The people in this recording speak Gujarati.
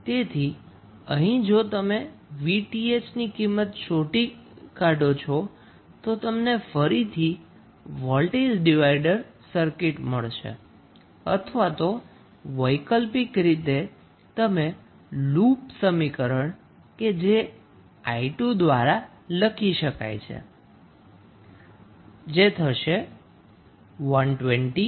તેથી અહીં જો તમે 𝑉𝑇ℎ ની કિંમત શોધી કાઢો તો તમને ફરીથી વોલ્ટેજ ડિવાઈડર સર્કિટ મળશે અથવા તો વૈકલ્પિક રીતે તમે લૂપ સમીકરણ કે જે 𝑖2 દ્વારા લખી શકો છો